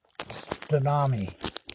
tsunami